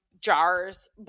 jars